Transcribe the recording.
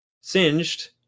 Singed